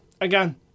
again